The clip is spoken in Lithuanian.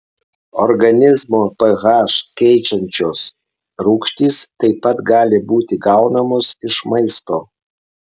organizmo ph keičiančios rūgštys taip pat gali būti gaunamos iš maisto